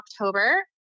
October